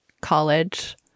college